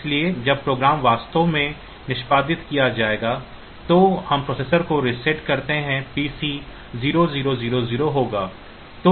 इसलिए जब प्रोग्राम वास्तव में निष्पादित किया जाएगा तो हम प्रोसेसर को रीसेट करते हैं PC 0000 होगा